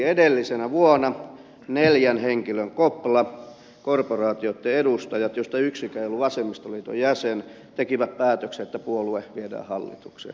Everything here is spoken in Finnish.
edellisenä vuonna neljän henkilön kopla korporaatioitten edustajat joista yksikään ei ollut vasemmistoliiton jäsen teki päätöksen että puolue viedään hallitukseen